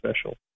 special